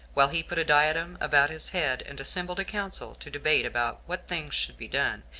while he put a diadem about his head, and assembled a council to debate about what things should be done,